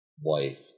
wife